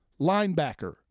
linebacker